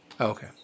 Okay